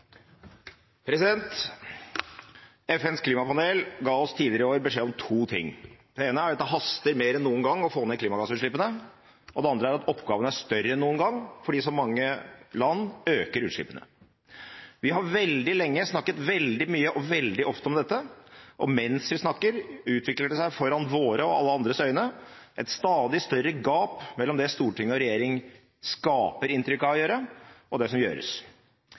16.00. FNs klimapanel ga oss tidligere i år beskjed om to ting. Det ene er at det haster mer enn noen gang å få ned klimagassutslippene. Det andre er at oppgavene er større enn noen gang fordi så mange land øker utslippene. Vi har veldig lenge snakket veldig mye og veldig ofte om dette. Mens vi snakker, utvikler det seg foran våre og alle andres øyne et stadig større gap mellom det storting og regjering skaper inntrykk av å gjøre, og det som gjøres.